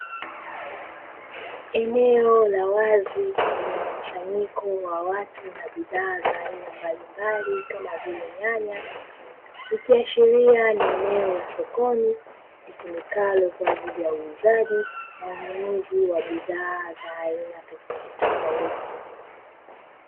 Eneo la wazi lenye mkusanyiko wa watu na bidhaa za aina mbalimbali kama vile nyanya ikiashiria ni eneo la sokoni litumikalo kwa ajili ya uuzaji na ununuzi wa bidhaa za aina tofauti tofauti.